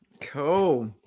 Cool